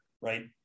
Right